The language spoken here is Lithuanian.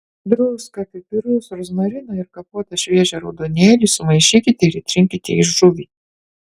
druską pipirus rozmariną ir kapotą šviežią raudonėlį sumaišykite ir įtrinkite į žuvį